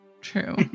True